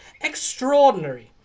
extraordinary